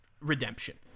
redemption